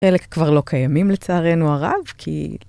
אלה כבר לא קיימים לצערנו הרב, כי...